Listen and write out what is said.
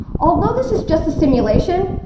although this is just a simulation,